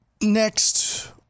next